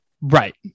Right